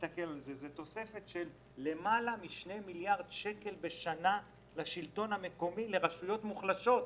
- מדובר בתוספת של למעלה משני מיליארד שקל בשנה לרשויות מוחלשות.